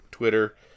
Twitter